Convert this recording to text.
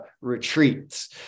retreats